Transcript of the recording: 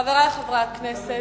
חברי חברי הכנסת,